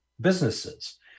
businesses